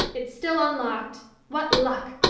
it's still unlocked what luck!